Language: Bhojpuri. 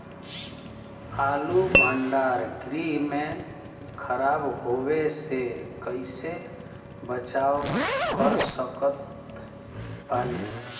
आलू भंडार गृह में खराब होवे से कइसे बचाव कर सकत बानी?